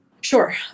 Sure